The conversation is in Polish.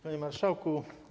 Panie Marszałku!